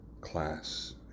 class